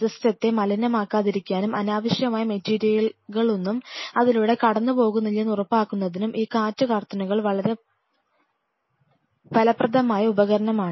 സിസ്റ്റത്തെ മലിനമാക്കാതിരിക്കാനും അനാവശ്യമായ മെറ്റീരിയലുകളൊന്നും അതിലൂടെ കടന്നുപോകുന്നില്ലെന്ന് ഉറപ്പാക്കുന്നതിനും ഈ കാറ്റ് കർട്ടനുകൾ വളരെ ഫലപ്രദമായ ഉപകരണമാണ്